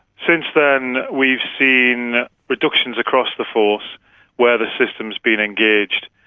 since then we've seen reductions across the force where the system has been engaged.